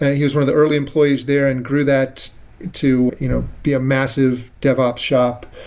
he's one of the early employees there and grew that to you know be a massive devops shops,